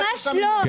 ממש לא.